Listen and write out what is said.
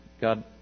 God